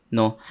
no